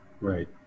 right